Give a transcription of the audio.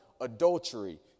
adultery